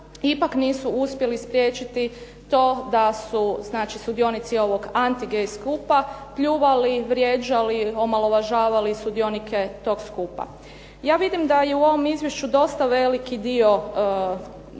ipak nisu uspjeli spriječiti to da su znači sudionici ovog anti-gay skupa pljuvali, vrijeđali, omalovažavali sudionike tog skupa. Ja vidim da je u ovom izvješću dosta veliki dio